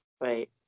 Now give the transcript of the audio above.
Wait